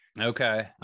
Okay